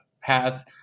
PATHs